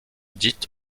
dite